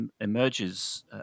emerges